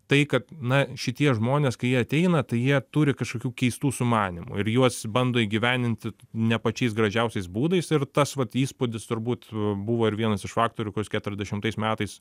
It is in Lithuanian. tai kad na šitie žmonės kai jie ateina tai jie turi kažkokių keistų sumanymų ir juos bando įgyvendinti ne pačiais gražiausiais būdais ir tas vat įspūdis turbūt buvo ir vienas iš faktorių kuris keturiasdešimtais metais